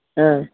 ਹਾਂ